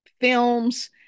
films